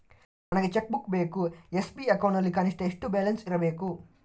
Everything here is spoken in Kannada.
ನನಗೆ ಚೆಕ್ ಬುಕ್ ಬೇಕು ಎಸ್.ಬಿ ಅಕೌಂಟ್ ನಲ್ಲಿ ಕನಿಷ್ಠ ಎಷ್ಟು ಬ್ಯಾಲೆನ್ಸ್ ಇರಬೇಕು?